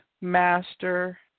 master